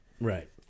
Right